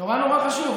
נורא נורא חשוב.